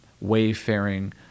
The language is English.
wayfaring